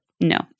no